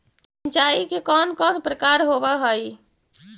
सिंचाई के कौन कौन प्रकार होव हइ?